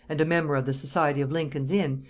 and a member of the society of lincoln's inn,